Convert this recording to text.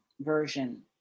version